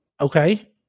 okay